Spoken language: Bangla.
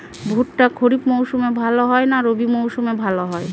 ভুট্টা খরিফ মৌসুমে ভাল হয় না রবি মৌসুমে ভাল হয়?